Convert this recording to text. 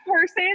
person